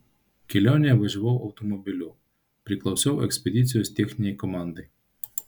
kelionėje važiavau automobiliu priklausiau ekspedicijos techninei komandai